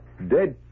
Dead